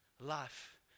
life